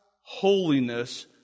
holiness